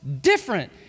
different